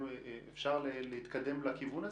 אפשר להתקדם לכיוון הזה?